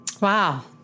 Wow